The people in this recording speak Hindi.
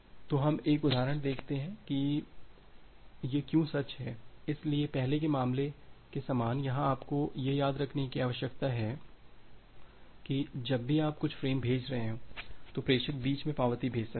तो हम एक उदाहरण देखते हैं कि यह क्यों सच है इसलिए पहले के मामले के समान यहाँ आपको यह याद रखने की आवश्यकता है कि जब भी आप कुछ फ़्रेम भेज रहे हों तो प्रेषक बीच में पावती भेज सकता है